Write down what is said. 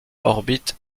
orbite